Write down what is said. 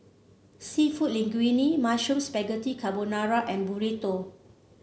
seafood Linguine Mushroom Spaghetti Carbonara and Burrito